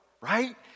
right